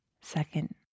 second